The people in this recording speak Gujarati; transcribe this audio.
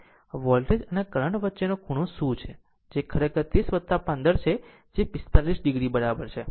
આમ વોલ્ટેજ અને કરંટ વચ્ચેનો ખૂણો શું છે તે ખરેખર 30 15 છે જે r 45 o બરાબર છે